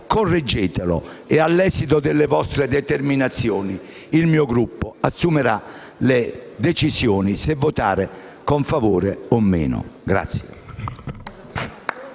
correggetelo. E all'esito delle vostre determinazioni il mio Gruppo assumerà la decisione se votare a favore o meno.